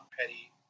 Petty